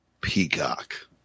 Peacock